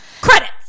Credits